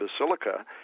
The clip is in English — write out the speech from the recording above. Basilica